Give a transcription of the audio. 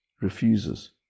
refuses